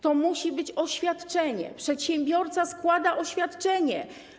To musi być oświadczenie, przedsiębiorca składa oświadczenie.